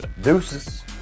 Deuces